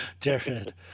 Jared